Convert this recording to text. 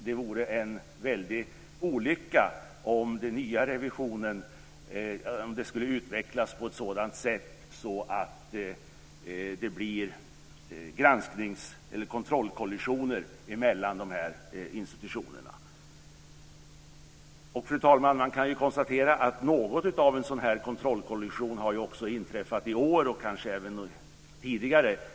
Det vore en väldig olycka om den nya revisionen skulle utvecklas på ett sådant sätt att det blir kontrollkollisioner mellan de här institutionerna. Fru talman! Man kan konstatera att något av en sådan här kontrollkollision också har inträffat i år, och kanske även tidigare.